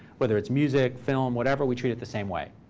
whether it's music, film, whatever, we treat it the same way.